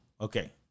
Okay